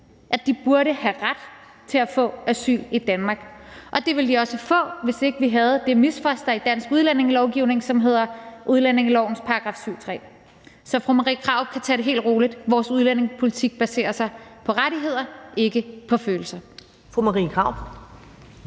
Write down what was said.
burde have ret til at få asyl i Danmark. Det ville de også få, hvis vi ikke havde det misfoster i dansk udlændingelovgivning, der hedder udlændingelovens § 7, stk. 3. Så fru Marie Krarup kan tage det helt roligt. Vores udlændingepolitik baserer sig på rettigheder, ikke på følelser.